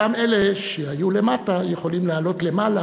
וגם אלה שהיו למטה יכולים לעלות למעלה.